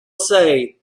say